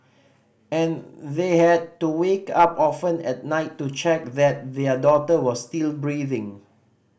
and they had to wake up often at night to check that their daughter was still breathing